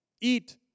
eat